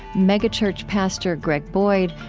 megachurch pastor greg boyd,